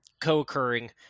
co-occurring